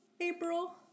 April